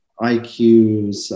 IQs